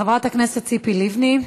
חברת הכנסת ציפי לבני,